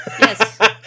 Yes